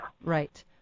Right